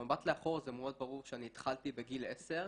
במבט לאחור זה מאוד ברור שאני התחלתי בגיל 10,